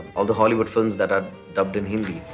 all the hollywood films that are dubbed in hindi